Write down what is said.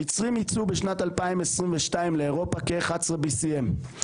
המצרים ייצאו בשנת 2022 לאירופה כ-BCM11.